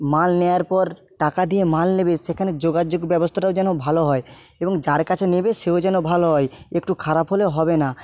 মাল নেওয়ার পর টাকা দিয়ে মাল নেবে সেখানে যোগাযোগ ব্যবস্থাটাও যেন ভালো হয় এবং যার কাছে নেবে সেও যেন ভালো হয় একটু খারাপ হলে হবে না